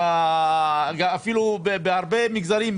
אפילו בהרבה מגזרים,